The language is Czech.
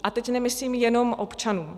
A teď nemyslím jenom občanům.